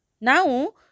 Now